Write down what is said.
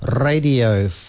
radio